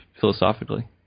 philosophically